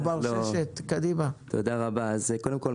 קודם כל,